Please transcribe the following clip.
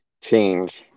change